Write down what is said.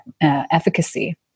efficacy